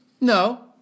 No